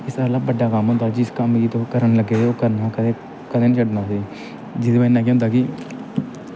इस गल्ला बड्डा कम्म होंदा जिस कम्म गी तुस करन लग्गे दे ओ ओह् करना ओह् कदें कदें निं छड्डना जेह्दी बज़ह् नै केह् होंदा कि